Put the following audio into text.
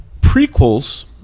Prequels